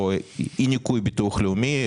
אי-ניכוי אותם ה-52% מהביטוח הלאומי: